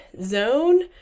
zone